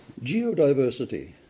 geodiversity